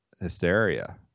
hysteria